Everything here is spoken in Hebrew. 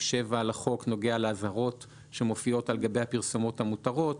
7 לחוק נוגע לאזהרות שמופיעות על גבי הפרסומות המותרות.